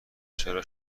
چرا